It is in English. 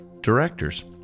directors